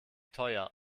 teuer